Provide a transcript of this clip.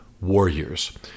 warriors